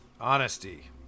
Honesty